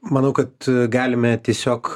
manau kad galime tiesiog